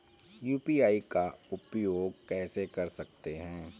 UPI का उपयोग कैसे कर सकते हैं?